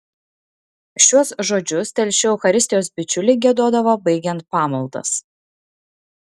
šiuos žodžius telšių eucharistijos bičiuliai giedodavo baigiant pamaldas